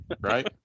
Right